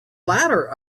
ladder